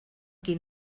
qui